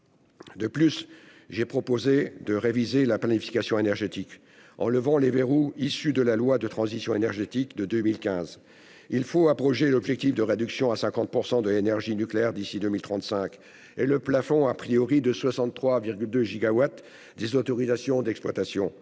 De plus, j'ai proposé de réviser la planification énergétique, en levant les verrous issus de la loi relative à la transition énergétique pour la croissance verte de 2015. Il faut abroger l'objectif de réduction à 50 % de l'énergie nucléaire d'ici à 2035 et le plafonnement à 63,2 gigawatts des autorisations d'exploitation.